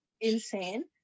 Insane